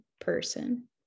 person